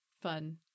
fun